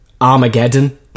Armageddon